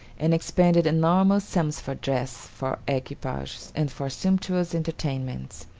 and expended enormous sums for dress, for equipages, and for sumptuous entertainments.